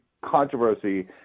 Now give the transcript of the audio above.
controversy